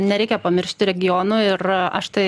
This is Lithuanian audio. nereikia pamiršti regionų ir aš tai